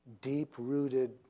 deep-rooted